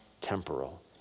temporal